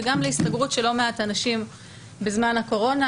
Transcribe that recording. וגם להסתגרות של לא מעט אנשים בזמן הקורונה.